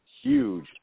huge